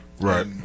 Right